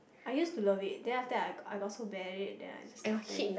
I used to love it then after that I got so bad at it then I just stopped playing